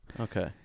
Okay